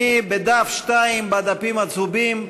אני בדף 2 בדפים הצהובים,